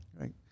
Right